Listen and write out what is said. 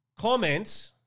comments